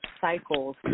cycles